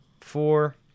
four